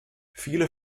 viele